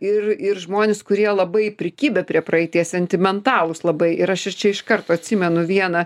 ir ir žmonės kurie labai prikibę prie praeities sentimentalūs labai ir aš ir čia iš karto atsimenu vieną